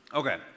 Okay